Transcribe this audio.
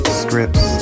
scripts